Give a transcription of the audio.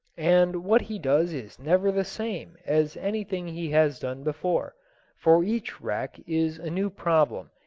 and what he does is never the same as anything he has done before for each wreck is a new problem,